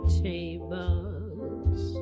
tables